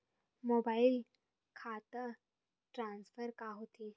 Mobile खाता transfer का होथे?